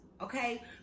Okay